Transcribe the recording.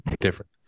different